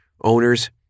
owners